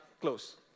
Close